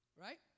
Right